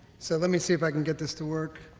so let me see if i can get this to work